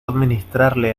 administrarle